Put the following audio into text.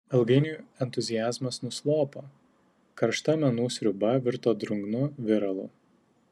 ilgainiui entuziazmas nuslopo karšta menų sriuba virto drungnu viralu